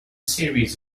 series